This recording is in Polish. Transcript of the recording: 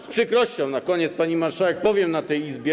Z przykrością na koniec, pani marszałek, powiem na tej Izbie.